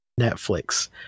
Netflix